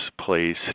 place